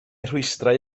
rhwystrau